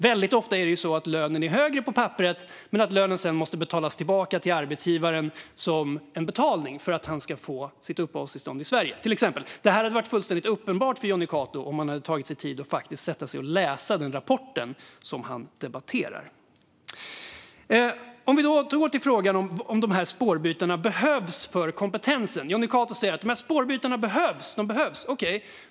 Väldigt ofta är lönen högre på papperet, men sedan måste den betalas tillbaka till arbetsgivaren som betalning för att personen till exempel ska få sitt uppehållstillstånd i Sverige. Detta hade varit fullständigt uppenbart för Jonny Cato om han hade tagit sig tid att sätta sig ned och läsa den rapport som han debatterar. För att återgå till frågan om huruvida spårbytarna behövs för kompetensen säger Jonny Cato att de behövs.